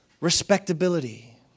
respectability